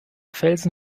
felsen